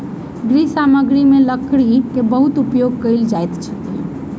गृह सामग्री में लकड़ी के बहुत उपयोग कयल जाइत अछि